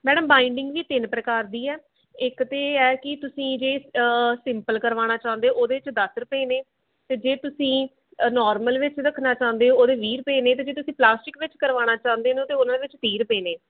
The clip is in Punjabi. ਮੈਡਮ ਬਾਈਂਡਿੰਗ ਵੀ ਤਿੰਨ ਪ੍ਰਕਾਰ ਦੀ ਹੈ ਇੱਕ ਤਾਂ ਇਹ ਕਿ ਤੁਸੀਂ ਜੇ ਸਿੰਪਲ ਕਰਵਾਉਣਾ ਚਾਹੁੰਦੇ ਉਹਦੇ 'ਚ ਦਸ ਰੁਪਏ ਨੇ ਅਤੇ ਜੇ ਤੁਸੀਂ ਨੌਰਮਲ ਵਿੱਚ ਰੱਖਣਾ ਚਾਹੁੰਦੇ ਹੋ ਉਹਦੇ ਵੀਹ ਰੁਪਏ ਨੇ ਅਤੇ ਜੇ ਤੁਸੀਂ ਪਲਾਸਟਿਕ ਵਿੱਚ ਕਰਵਾਉਣਾ ਚਾਹੁੰਦੇ ਨੇ ਤਾਂ ਉਹਨਾਂ ਵਿੱਚ ਤੀਹ ਰੁਪਏ ਨੇ